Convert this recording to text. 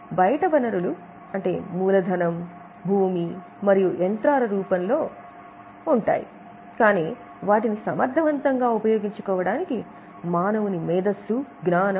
బయటి వనరులు మూలధనం లేదా భూమి మరియు యంత్రాల రూపంలో ఉంటాయి కానీ వాటిని సమర్థవంతంగా ఉపయోగించుకోవటానికి మానవుని మేధస్సు జ్ఞానం